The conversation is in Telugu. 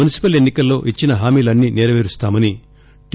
మున్పిపల్ ఎన్సి కల్లో ఇచ్చిన హామీలన్సీ నెరవేరుస్తామని టి